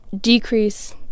decrease